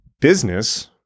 business